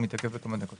אז